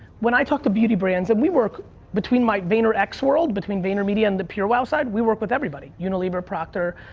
when i talk to beauty brands and we work between my vaynerx world, between vaynermedia and the purell side, we work with everybody. unilever, proctor.